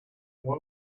why